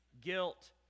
guilt